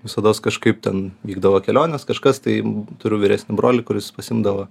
visados kažkaip ten vykdavo kelionės kažkas tai turi vyresnį brolį kuris pasiimdavo